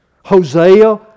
Hosea